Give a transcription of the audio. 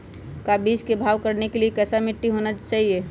का बीज को भाव करने के लिए कैसा मिट्टी होना चाहिए?